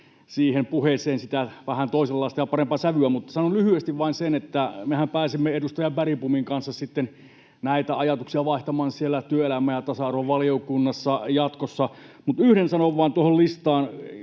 puheeseen sitä vähän toisenlaista ja parempaa sävyä, mutta sanon lyhyesti vain sen, että mehän pääsemme edustaja Bergbomin kanssa sitten näitä ajatuksia vaihtamaan työelämä- ja tasa-arvovaliokunnassa jatkossa. Sanon vain yhden korjauksen tuohon listaan.